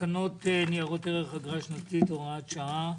תקנות ניירות ערך (אגרה שנתית)(הוראה שעה),